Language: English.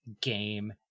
game